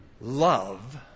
Love